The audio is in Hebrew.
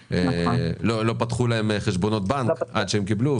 לא פתחו להם חשבונות בנק עד שהם קיבלו,